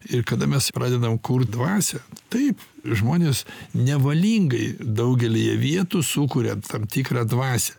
ir kada mes pradedam kurt dvasią taip žmonės nevalingai daugelyje vietų sukuria tam tikrą dvasią